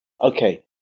okay